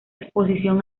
exposición